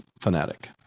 fanatic